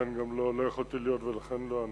גם לא יכולתי להיות ולכן לא עניתי,